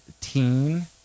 Teen